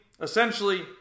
essentially